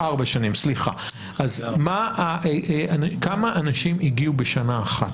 ארבע שנים, אז כמה אנשים הגיעו בשנה אחת